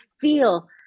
feel